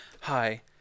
hi